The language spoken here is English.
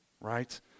right